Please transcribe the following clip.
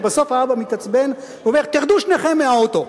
ובסוף האבא מתעצבן ואומר: תרדו שניכם מהאוטו.